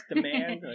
Demand